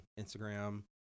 Instagram